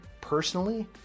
personally